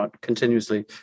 continuously